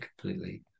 completely